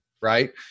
Right